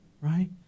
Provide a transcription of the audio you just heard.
right